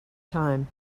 time